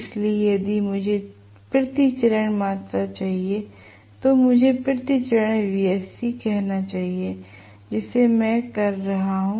इसलिए यदि मुझे प्रति चरण मात्रा चाहिए तो मुझे प्रति चरण Wsc कहना चाहिए जिसे मैं रहा हूं